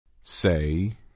Say